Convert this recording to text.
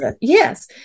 Yes